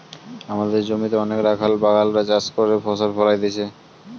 আমদের জমিতে অনেক রাখাল বাগাল রা চাষ করে ফসল ফোলাইতেছে